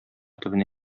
төбенә